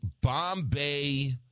Bombay